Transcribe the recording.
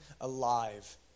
alive